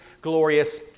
glorious